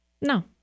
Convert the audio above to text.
No